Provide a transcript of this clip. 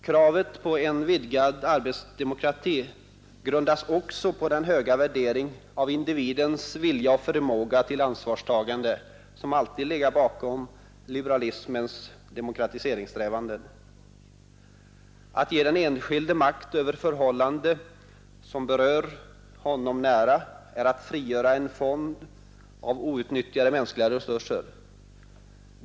Kravet på vidgad arbetsdemokrati grundas också på den höga värdering av individens vilja och förmåga till ansvarstagande, som alltid legat bakom liberalismens demokratiseringssträvanden. Att ge den enskilde makt över förhållanden som berör honom nära är att frigöra en fond av outnyttjade mänskliga resurser.